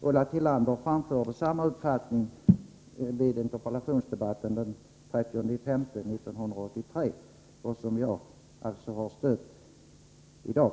Ulla Tillander framförde samma uppfattning vid interpellationsdebatten den 30 maj 1983, och jag stöder den uppfattningen i dag.